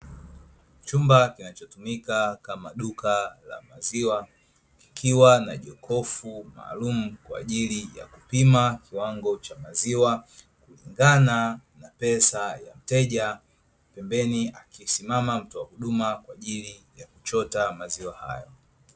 Chumba kinachotumika kama duka la maziwa likiwa na jokofu maalumu kwa ajili ya kupima kiwango cha maziwa kulingana na pesa ya mteja, pembeni akisimama mtoa huduma kwa ajili ya kuchota maziwa hayo.